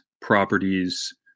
properties